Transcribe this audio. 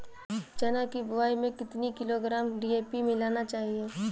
चना की बुवाई में कितनी किलोग्राम डी.ए.पी मिलाना चाहिए?